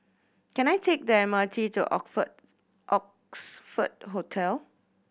can I take the M R T to Oxford Hotel